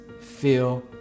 feel